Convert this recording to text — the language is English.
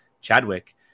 Chadwick